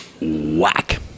whack